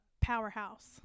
powerhouse